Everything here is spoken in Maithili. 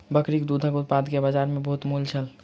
बकरी दूधक उत्पाद के बजार में बहुत मूल्य छल